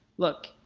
look,